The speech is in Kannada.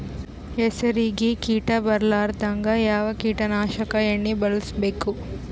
ಹೆಸರಿಗಿ ಕೀಟ ಬರಲಾರದಂಗ ಯಾವ ಕೀಟನಾಶಕ ಎಣ್ಣಿಬಳಸಬೇಕು?